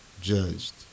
Judged